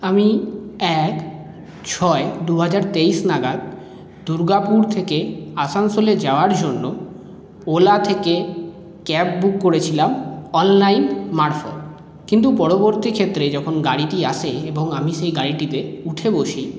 আমি এক ছয় দু হাজার তেইশ নাগাদ দুর্গাপুর থেকে আসানসোলে যাওয়ার জন্য ওলা থেকে ক্যাব বুক করেছিলাম অনলাইন মারফত কিন্তু পরবর্তী ক্ষেত্রে যখন গাড়িটি আসে এবং আমি সেই গাড়িটিতে উঠে বসি